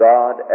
God